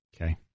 Okay